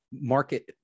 market